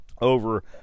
over